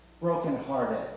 brokenhearted